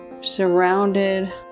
Surrounded